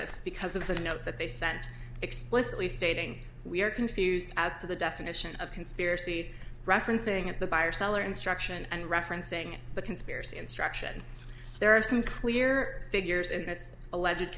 this because of the note that they sent explicitly stating we are confused as to the definition of conspiracy referencing at the buyer seller instruction and referencing the conspiracy instruction there are some clear figures in this alleg